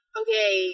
okay